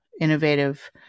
innovative